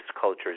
cultures